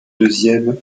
deuxième